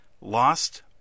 lost